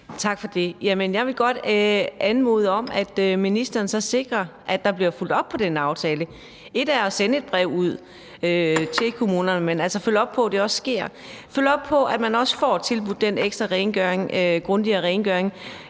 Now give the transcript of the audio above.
Tak for det. Jeg vil godt anmode om, at ministeren så sikrer, at der bliver fulgt op på den aftale. Et er at sende et brev ud til kommunerne, men noget andet er at følge op på, at det også sker, altså at man også får tilbudt den ekstra rengøring,